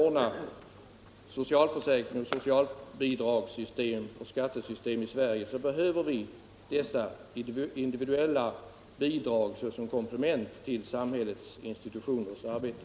Hur bra socialförsäkringsoch socialbidragssystem och hur bra skattesystem vi än lyckas åstadkomma i Sverige kommer vi att behöva dessa individuella bidrag som komplement till samhällets institutioners arbete.